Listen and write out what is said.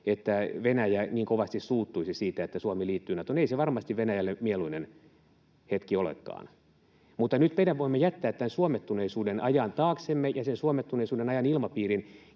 että Venäjä niin kovasti suuttuisi siitä, että Suomi liittyy Natoon. Ei se varmasti Venäjälle mieluinen hetki olekaan. Nyt me voimme jättää taaksemme suomettuneisuuden ajan ja sen